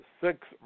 six